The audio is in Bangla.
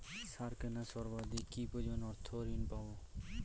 সার কেনার জন্য সর্বাধিক কি পরিমাণ অর্থ ঋণ পাব?